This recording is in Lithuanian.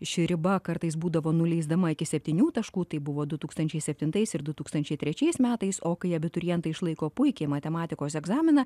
ši riba kartais būdavo nuleisdama iki septynių taškų tai buvo du tūkstančiai septintais ir du tūkstančiai trečiais metais o kai abiturientai išlaiko puikią matematikos egzaminą